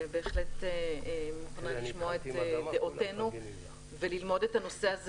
ובהחלט מוכנה לשמוע את דעותינו וללמוד את הנושא הזה